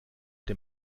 dem